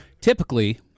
typically-